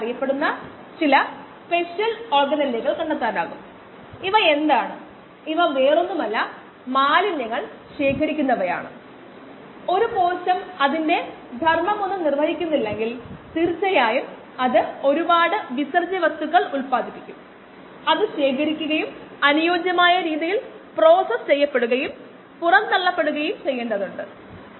Part B ക്ക് എന്താണ് വേണ്ടത്